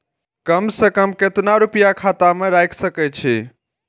कम से कम केतना रूपया खाता में राइख सके छी?